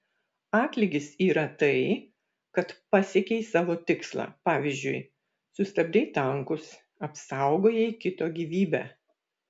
atlygis yra tai kad pasiekei savo tikslą pavyzdžiui sustabdei tankus apsaugojai kito gyvybę